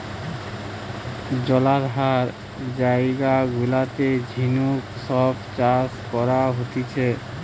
জলাধার জায়গা গুলাতে ঝিনুক সব চাষ করা হতিছে